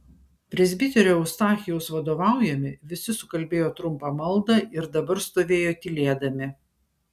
presbiterio eustachijaus vadovaujami visi sukalbėjo trumpą maldą ir dabar stovėjo tylėdami